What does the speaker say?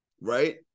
right